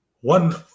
One